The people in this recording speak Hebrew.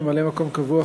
ממלא-מקום קבוע,